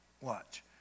watch